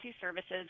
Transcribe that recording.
services